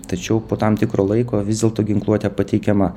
tačiau po tam tikro laiko vis dėlto ginkluotė pateikiama